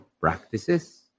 practices